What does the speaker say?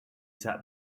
sat